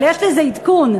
אבל יש לזה עדכון.